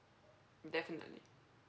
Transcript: definitely